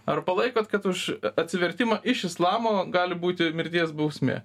ar palaikot kad už atsivertimą iš islamo gali būti mirties bausmė